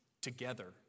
together